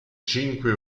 cinque